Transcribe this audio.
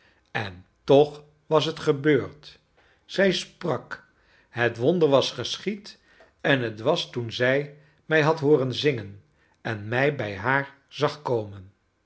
en toch was het gebeurd zij sprak het wonder was geschied en het was toen zij mij had hooren zingen en mij bij haar zag komen